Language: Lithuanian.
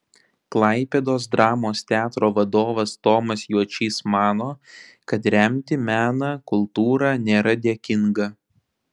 klaipėdos dramos teatro vadovas tomas juočys mano kad remti meną kultūrą nėra dėkinga